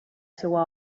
seua